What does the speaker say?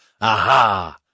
aha